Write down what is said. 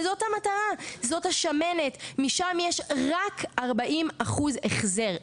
וזאת המטרה, זאת השמנת, משם יש רק 40% החזר.